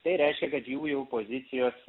tai reiškia kad jų jau pozicijos